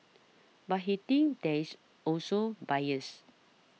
but he thinks there is also bias